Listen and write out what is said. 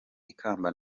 ikamba